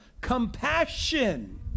compassion